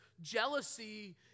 jealousy